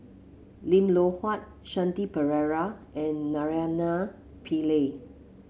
Lim Loh Huat Shanti Pereira and Naraina Pillai